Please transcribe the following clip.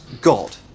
god